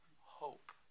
hope